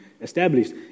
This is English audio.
established